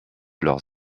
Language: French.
leurs